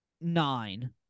nine